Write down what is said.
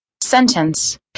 Sentence